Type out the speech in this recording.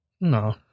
No